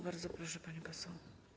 Bardzo proszę, pani poseł.